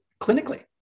clinically